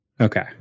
Okay